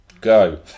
go